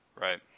Right